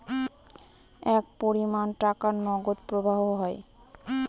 এক পরিমান টাকার নগদ প্রবাহ হয়